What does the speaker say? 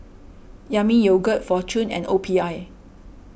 Yami Yogurt fortune and O P I